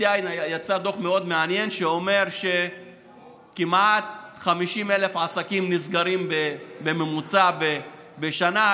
יצא דוח מאוד מעניין שאומר שכמעט 50,000 עסקים נסגרים בממוצע בשנה.